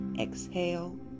exhale